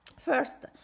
First